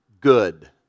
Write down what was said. good